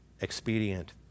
expedient